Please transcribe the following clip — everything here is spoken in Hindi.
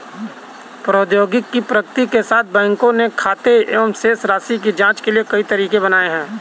प्रौद्योगिकी की प्रगति के साथ, बैंकों ने खाते की शेष राशि की जांच के लिए कई तरीके बनाए है